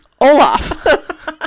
Olaf